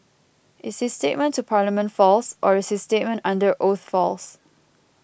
is his statement to Parliament false or is his statement under oath false